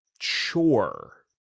sure